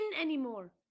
anymore